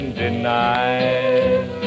denied